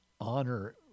honor